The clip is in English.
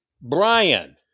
Brian